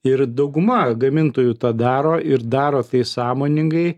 ir dauguma gamintojų tą daro ir daro tai sąmoningai